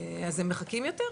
אז הם מחכים יותר.